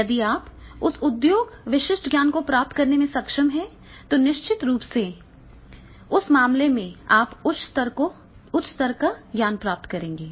यदि आप उस उद्योग विशिष्ट ज्ञान को प्राप्त करने में सक्षम हैं तो निश्चित रूप से उस मामले में आप उच्च स्तर का ज्ञान प्राप्त करेंगे